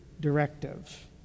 directive